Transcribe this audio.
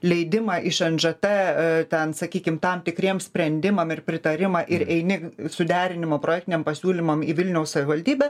leidimą iš nžt ten sakykime tam tikriems sprendimam ir pritarimą ir eini suderinimo projektiniam pasiūlymam į vilniaus savivaldybę